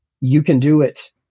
you-can-do-it